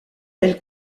elle